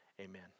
Amen